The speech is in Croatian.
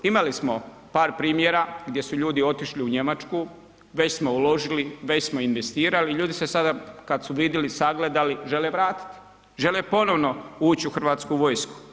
Imali smo par primjera gdje su ljudi otišli u Njemačku, već smo uložili, već smo investirali i ljudi se sada kada su vidjeli, sagledali, žele vratiti, žele ponovno ući u Hrvatsku vojsku.